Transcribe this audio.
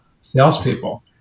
salespeople